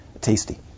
tasty